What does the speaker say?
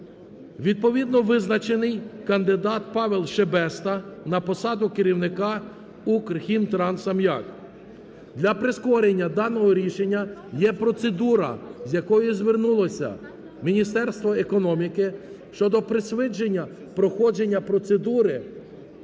Відповідно визначений кандидат Павел Шебеста на посаду керівника "Укрхімтрансаміаку". Для прискорення даного рішення є процедура, з якою звернулося Міністерство економіки, щодо пришвидшення проходження процедури